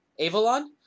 Avalon